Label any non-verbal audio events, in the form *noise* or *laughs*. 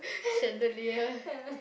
*laughs* chandelier